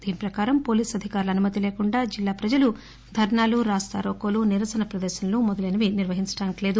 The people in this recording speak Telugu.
దీని ప్రకారం పోలీసు అధికారుల అనుమతి లేకుండా జిల్లా ప్రజలు ధర్పాలు రాస్తా రోకోలు నిరసనలు మొదలైనవి నిర్వహించడానికి లేదు